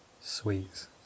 Sweets